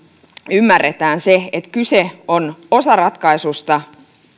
ymmärretään se että kyse on osaratkaisusta